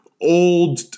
old